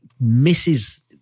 misses